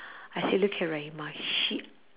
I said look at rahimah she